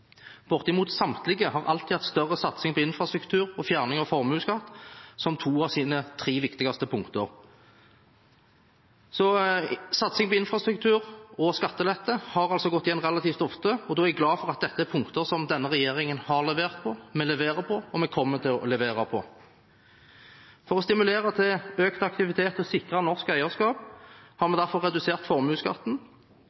Bortimot samtlige har alltid hatt større satsing på infrastruktur og fjerning av formuesskatt som to av sine tre viktigste punkter. Satsing på infrastruktur og skattelette har altså gått igjen relativt ofte, så da er jeg glad for at dette er punkter denne regjeringen har levert på, leverer på, og kommer til å levere på. For å stimulere til økt aktivitet og sikre norsk eierskap har vi derfor redusert formuesskatten.